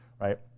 right